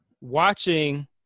watching